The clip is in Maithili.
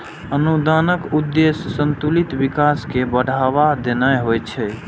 अनुदानक उद्देश्य संतुलित विकास कें बढ़ावा देनाय होइ छै